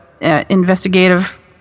investigative